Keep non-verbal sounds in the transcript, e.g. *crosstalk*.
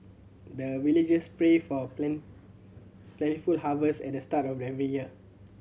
the villagers pray for *unintelligible* plentiful harvest at the start of every year